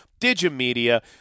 Digimedia